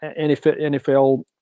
NFL